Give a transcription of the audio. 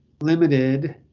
limited